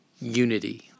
unity